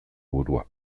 burua